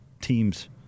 teams